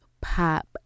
pop